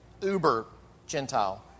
uber-Gentile